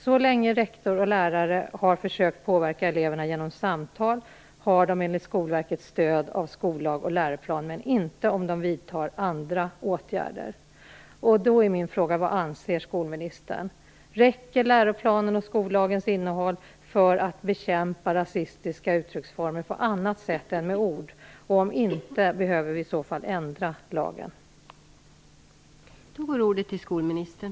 Så länge rektor och lärare har försökt att påverka elever genom samtal har de enligt Skolverket stöd av skollag och läroplan, men inte om de vidtar andra åtgärder. Vad anser skolministern? Räcker läroplanen och skollagens innehåll för att bekämpa rasistiska uttrycksformer på annat sätt än med ord? Om så inte är fallet behöver vi ändra lagen.